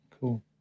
Cool